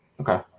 Okay